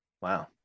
Wow